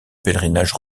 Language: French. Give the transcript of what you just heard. pèlerinage